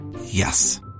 Yes